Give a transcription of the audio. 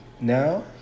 Now